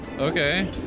Okay